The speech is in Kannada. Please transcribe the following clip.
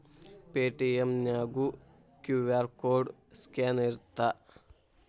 ಪೆ.ಟಿ.ಎಂ ನ್ಯಾಗು ಕ್ಯೂ.ಆರ್ ಕೋಡ್ ಸ್ಕ್ಯಾನ್ ಇರತ್ತ